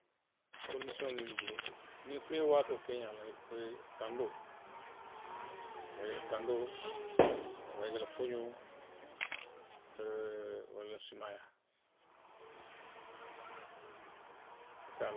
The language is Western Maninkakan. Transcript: Kondisiyoŋolu le bi jee puru, niŋ, i ye waatoo keeňaa loŋ. be, kandoo, i be a je la kandoo, i be a je la foňoo, walla sumayaa i ka.